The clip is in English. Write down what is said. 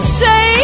say